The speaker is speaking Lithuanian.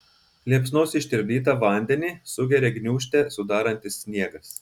liepsnos ištirpdytą vandenį sugeria gniūžtę sudarantis sniegas